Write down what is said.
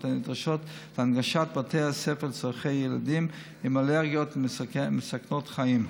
הנדרשות להנגשת בתי הספר לצורכי ילדים עם אלרגיות מסכנות חיים.